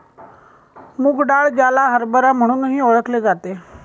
मूग डाळ, ज्याला हरभरा म्हणूनही ओळखले जाते